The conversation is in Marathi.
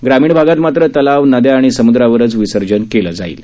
ग्रामीण भागात मात्र तलाव नद्या आणि समुद्रावरच विसर्जन केलं जाणार आहे